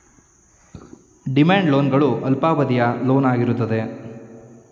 demand loan ಗಳು ಅಲ್ಪಾವಧಿಯ loan ಆಗಿರುತ್ತೆ